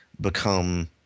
become